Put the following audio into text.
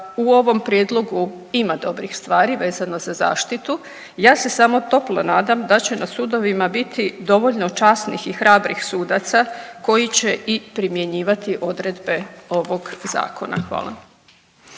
u ovom prijedlogu ima dobrih stvari vezano za zaštitu. Ja se samo toplo nadam da će na sudovima biti dovoljno časnih i hrabrih sudaca koji će i primjenjivati odredbe ovog zakona. Hvala.